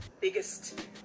biggest